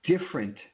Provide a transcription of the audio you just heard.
different